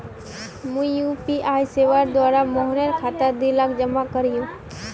मी यु.पी.आई सेवार द्वारा मोहनेर खातात दी लाख जमा करयाही